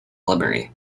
liberty